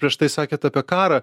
prieš tai sakėt apie karą